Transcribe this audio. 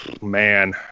Man